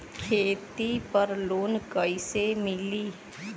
खेती पर लोन कईसे मिली?